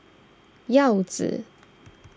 Yao Zi